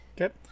Okay